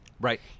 Right